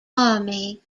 army